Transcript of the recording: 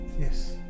Yes